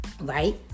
Right